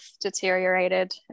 deteriorated